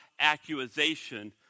accusation